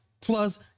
Plus